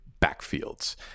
backfields